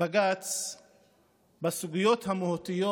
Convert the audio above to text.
בסוגיות המהותיות